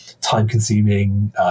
time-consuming